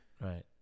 Right